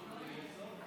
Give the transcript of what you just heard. אני לא בא אליו בטענות, אני